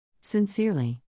Sincerely